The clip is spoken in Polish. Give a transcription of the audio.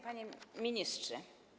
Panie Ministrze!